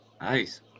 Nice